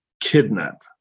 kidnap